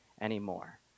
anymore